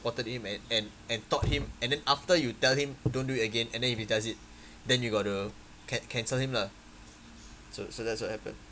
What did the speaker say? supported him and and and taught him and then after you tell him don't do it again and if he does it then you got to can~ cancel him lah so so that's what happen